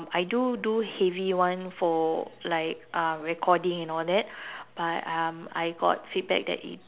I do do heavy one for like uh recording and all that but um I got feedback that it